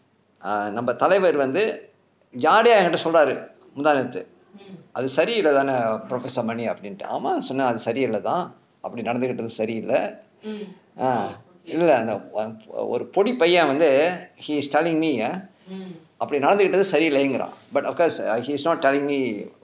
err number நம்ம தலைவர் வந்து:amma thalaivar vanthu jolly ah என்கிட்டே சொல்றாரு முந்தாநேற்று அது சரி இல்லை தானே:enkitte solraaru munthaanaetru athu sari illai thane professor mani அப்படின்ட்டு ஆமாம் சொன்னேன் அது சரி இல்லை தான் அப்படி நடந்துகிட்டு இருக்கிறது சரி இல்லை இல்லை அந்த ஒரு பொடி பையன் வந்து:appadintu aamaam sonnen athu sari illai thaan appadi nadanthukittu irukkirathu sari illai illai antha oru podi paiyaan vanthu he is telling me ah அப்படி நடந்துவிட்டது சரியில்லை:appadi nadanthuvittathu saryillai kiraan but of course he's not telling me